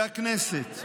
שהכנסת,